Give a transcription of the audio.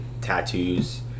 tattoos